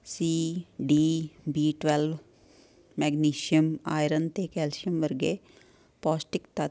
ਸੀ D B twelve magnesium iron ਅਤੇ calcium ਵਰਗੇ ਪੌਸ਼ਟਿਕ ਤੱਤ